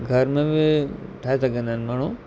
घर में बि ठाहे सघंदा आहिनि माण्हू